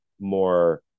more